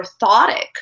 orthotic